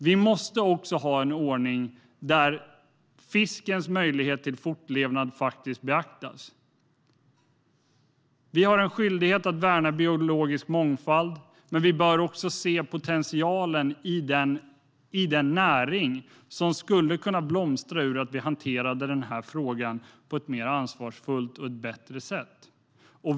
Vi måste också ha en ordning där fiskens möjlighet till fortlevnad faktiskt beaktas. Vi har en skyldighet att värna biologisk mångfald, men vi bör också se potentialen i den näring som skulle kunna blomstra om vi hanterade den här frågan på ett mer ansvarsfullt och bättre sätt.